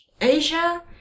Asia